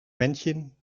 männchen